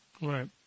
right